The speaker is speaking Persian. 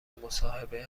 مصاحبه